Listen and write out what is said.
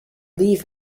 leave